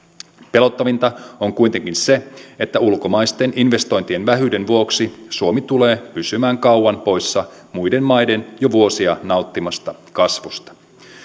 pelottavinta on kuitenkin se että ulkomaisten investointien vähyyden vuoksi suomi tulee pysymään kauan poissa muiden maiden jo vuosia nauttimasta kasvusta